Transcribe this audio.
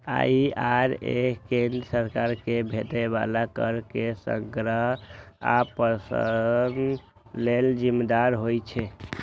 IRS केंद्र सरकार कें भेटै बला कर के संग्रहण आ प्रशासन लेल जिम्मेदार होइ छै